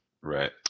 Right